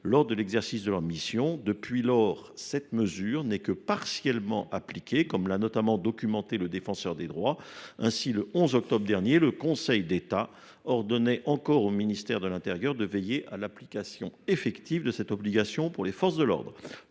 lors de l’exercice de leurs missions. Depuis lors, cette mesure n’est que partiellement appliquée, comme l’a notamment relevé la Défenseure des droits. Ainsi, le 11 octobre dernier, le Conseil d’État ordonnait encore au ministère de l’intérieur de veiller à l’application effective de cette obligation pour les forces de l’ordre.